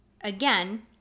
Again